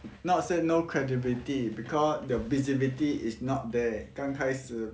not say no credibility because the visibility is not there 刚开始